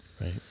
right